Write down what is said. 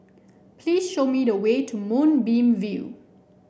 please show me the way to Moonbeam View